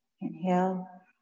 Inhale